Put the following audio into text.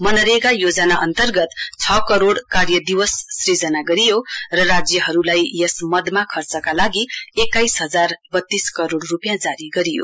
मनरेगा योजना अन्तर्गत छ करोड़ कार्य दिवस सृजना गरियो र राज्यहरूलाई यस मदमा खर्चका लागि एक्काइस हजार वत्तीस करोड़ रूपियाँ जारी गरियो